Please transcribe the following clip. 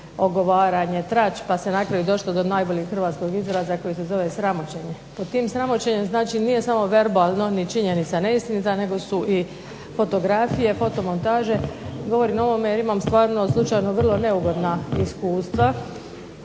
ogovaranje, trač pa se na kraju došlo do najboljeg hrvatskog izraza koji se zove sramoćenje. Pod tim sramoćenjem nije samo verbalno ni činjenica neistinita, nego su i fotografije, fotomontaže. Govorim o ovome jer imam stvarno slučajno vrlo neugodna iskustva